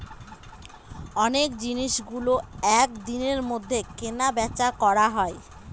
অনেক জিনিসগুলো এক দিনের মধ্যে কেনা বেচা করা হয়